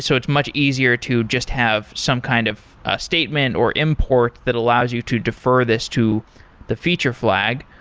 so it's much easier to just have some kind of ah statement or import that allows you to defer this to the feature flag.